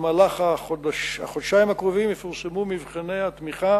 במהלך החודשיים הקרובים יפורסמו מבחני התמיכה